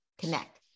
connect